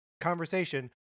conversation